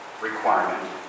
requirement